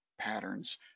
patterns